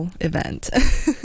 event